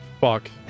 fuck